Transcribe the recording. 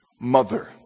mother